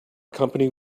company